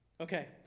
Okay